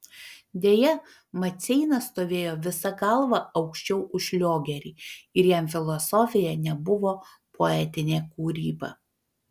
deja maceina stovėjo visa galva aukščiau už šliogerį ir jam filosofija nebuvo poetinė kūryba